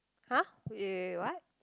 !huh! wait wait wait what